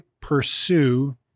pursue